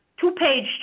two-page